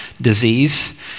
disease